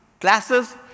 classes